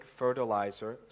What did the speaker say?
fertilizer